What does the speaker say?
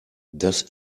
das